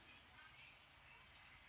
uh